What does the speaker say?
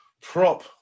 prop